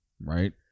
Right